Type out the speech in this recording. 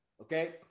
Okay